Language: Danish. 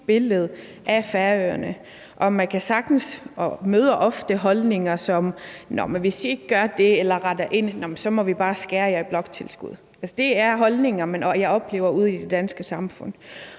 billede af Færøerne. Man kan sagtens møde og møder ofte holdninger som: Hvis I ikke gør det eller retter ind, så må vi bare skære jer i bloktilskud. Det er holdninger, jeg oplever ude i det danske samfund,